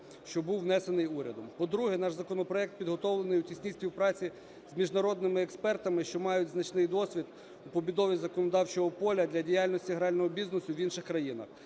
що був внесений урядом. По-друге, наш законопроект підготовлений у тісній співпраці з міжнародними експертами, що мають значний досвід у побудові законодавчого поля для діяльності грального бізнесу в інших країнах.